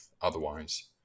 otherwise